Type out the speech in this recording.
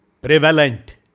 prevalent